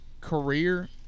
career